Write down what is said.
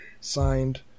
signed